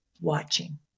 watching